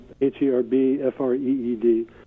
H-E-R-B-F-R-E-E-D